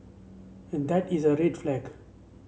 and that is a red flag